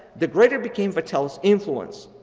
the greater became vattel's influence,